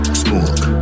smoke